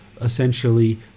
Essentially